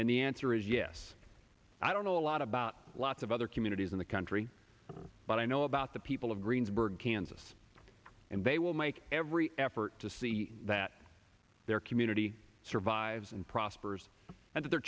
and the answer is yes i don't know a lot about lots of other communities in the country but i know about the people of greensburg kansas and they will make every effort to see that their community survives and prospers and their